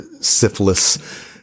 syphilis